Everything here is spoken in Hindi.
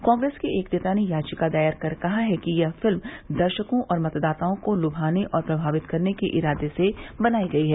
कांप्रेस के एक नेता ने याचिका दायर कर कहा है कि यह फिल्म दर्शकों और मतदाताओं को लुभाने और प्रभावित करने के इरादे से बनाई गई है